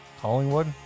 collingwood